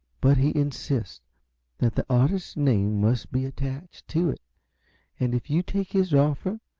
but he insists that the artist's name must be attached to it and if you take his offer,